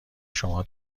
شما